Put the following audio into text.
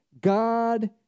God